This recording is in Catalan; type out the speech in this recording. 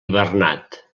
bernat